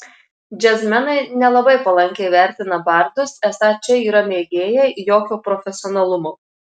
džiazmenai nelabai palankiai vertina bardus esą čia yra mėgėjai jokio profesionalumo